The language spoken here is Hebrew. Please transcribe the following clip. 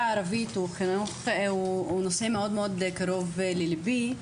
הערבית הוא נושא מאוד מאוד קרוב לליבי,